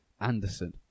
Anderson